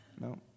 no